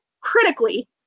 critically